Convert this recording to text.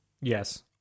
Yes